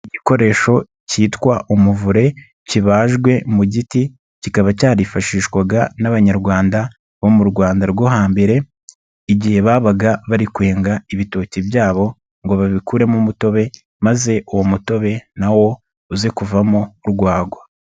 Igikoresho cyitwa umuvure kibajwe mu giti, kikaba cyarifashishwaga n'abanyarwanda bo mu Rwanda rwo hambere, igihe babaga bari kwenga ibitoki byabo ngo babikuremo umutobe, maze uwo mutobe na wo uze kuvamo urwagwa.